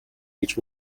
which